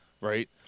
right